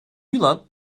yılan